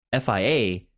FIA